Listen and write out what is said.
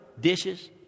dishes